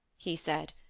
he said,